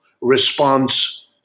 response